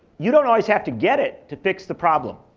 you don't always have to get it to fix the problem.